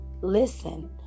listen